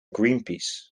greenpeace